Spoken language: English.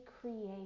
create